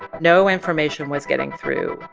no information was getting through.